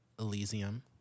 Elysium